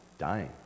dying